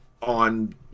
on